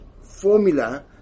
formula